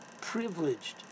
privileged